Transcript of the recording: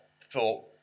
thought